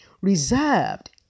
reserved